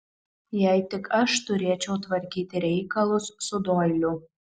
jei tik aš turėčiau tvarkyti reikalus su doiliu